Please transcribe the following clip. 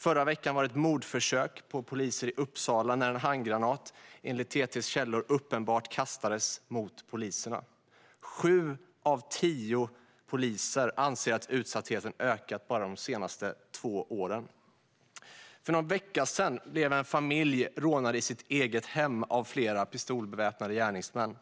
Förra veckan var det ett mordförsök på poliser i Uppsala när en handgranat enligt TT:s källor uppenbart kastades mot poliserna. Sju av tio poliser anser att utsattheten ökat bara de senaste två åren. För någon vecka sedan blev en familj rånad i sitt eget hem av flera pistolbeväpnade gärningsmän.